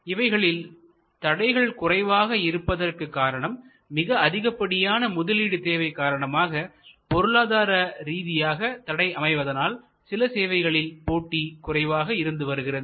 இவைகளில் தடைகள் குறைவாக இருப்பதற்கு காரணம் மிக அதிகப்படியான முதலீடு தேவை காரணமாக பொருளாதாரரீதியாக தடை அமைவதனால் சில சேவைகளில் போட்டி குறைவாக இருந்து வருகிறது